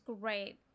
great